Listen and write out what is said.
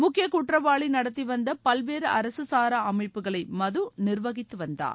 முக்கிய குற்றவாளி நடத்திவந்த பல்வேறு அரசு சாரா அமைப்புகளை மது நிர்வகித்து வந்தார்